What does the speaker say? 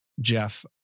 Jeff